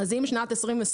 אם שנת 2020